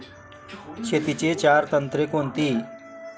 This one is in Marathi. शेतीची चार तंत्रे कोणती?